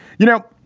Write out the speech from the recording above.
you know,